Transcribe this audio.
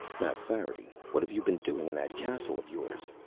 mapfarity, what have you been doing in that castle of yours?